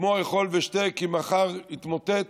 כמו אכול ושתה כי מחר נתמוטט,